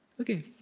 Okay